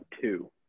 two